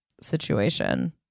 situation